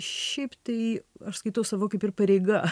šiaip tai aš skaitau savo kaip ir pareiga